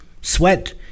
Sweat